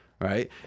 right